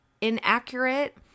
inaccurate